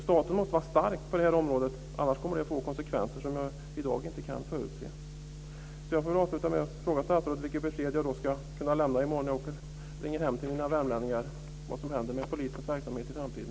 Staten måste vara stark på det här området, annars kommer det att få konsekvenser som jag i dag inte kan förutse. Jag får väl avsluta med att fråga statsrådet vilket besked jag ska kunna lämna i morgon när jag ringer hem till mina vänner i Värmland när det gäller vad som händer med polisens verksamhet i framtiden.